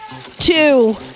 two